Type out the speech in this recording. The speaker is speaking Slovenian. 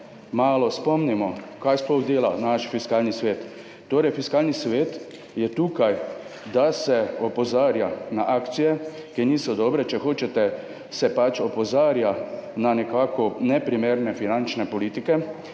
malo spomnimo, kaj sploh dela naš Fiskalni svet. Torej, Fiskalni svet je tukaj, da opozarja na akcije, ki niso dobre, opozarja na nekako neprimerne finančne politike